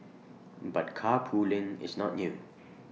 but carpooling is not new